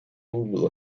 will